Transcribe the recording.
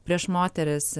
prieš moteris